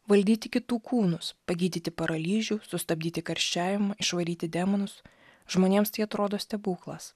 valdyti kitų kūnus pagydyti paralyžių sustabdyti karščiavimą išvaryti demonus žmonėms tai atrodo stebuklas